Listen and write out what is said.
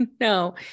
No